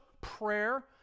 prayer